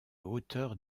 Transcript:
hauteurs